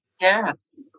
Yes